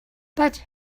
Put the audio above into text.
but